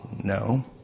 No